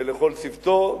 ולכל צוותו,